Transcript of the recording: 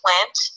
went